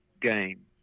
game